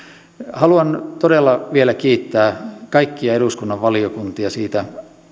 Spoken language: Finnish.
haluan todella vielä kiittää kaikkia eduskunnan valiokuntia siitä